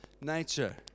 nature